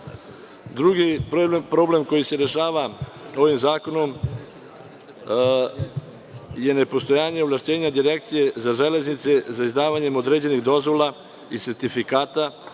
problem koji se rešava ovim zakonom je nepostojanje ovlašćenja Direkcija za železnice, za izdavanje određenih dozvola i sertifikata,